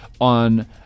on